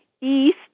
east